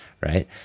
right